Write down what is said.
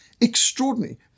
extraordinary